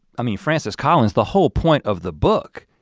i mean francis collins, the whole point of the book.